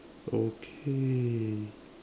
okay